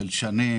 של שנים.